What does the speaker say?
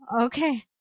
Okay